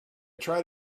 tried